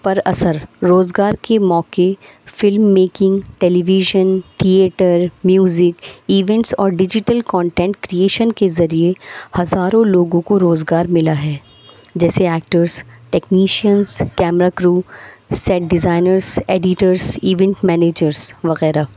پر اثر روزگار کے موقعے film making television theatre music events اور ڈیجیٹل کانٹینٹ کرئیشن کے ذریعے ہزاروں لوگوں کو روزگار ملا ہے جیسے actors technicians camera crew set designers editors event managers وغیرہ